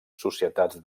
societats